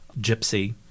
Gypsy